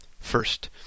First